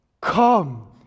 Come